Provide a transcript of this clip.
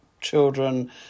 children